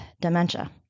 dementia